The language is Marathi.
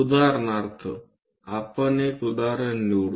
उदाहरणार्थ आपण एक उदाहरण निवडू